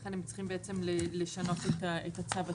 ולכן הם בעצם צריכים לשנות את הצו עצמו.